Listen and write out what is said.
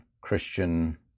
Christian